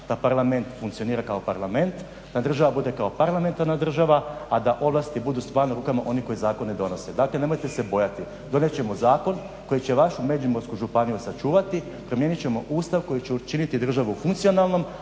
da parlament funkcionira kao parlament, sa država bude kao parlamentarna država, a da ovlasti budu stvarno u rukama onih koji zakone donose. Dakle nemojte se bojati, donest ćemo zakon koji će vašu Međimursku županiju sačuvati, promijenit ćemo Ustav koji će učiniti državu funkcionalnom,